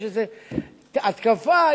יש איזה התקפה,